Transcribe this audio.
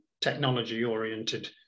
technology-oriented